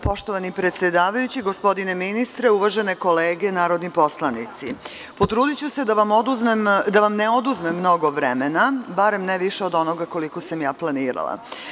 Poštovani predsedavajući, gospodine ministre, uvažene kolege narodni poslanici, potrudiću se da vam ne oduzmem mnogo vremena, barem ne više od onoga koliko sam planirala.